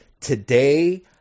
today